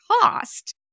cost